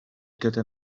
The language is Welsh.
gyda